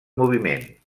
moviment